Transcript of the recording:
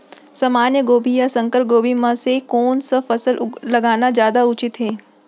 सामान्य गोभी या संकर गोभी म से कोन स फसल लगाना जादा उचित हे?